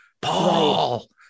Paul